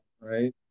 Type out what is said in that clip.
right